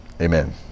Amen